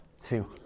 two